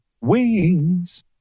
wings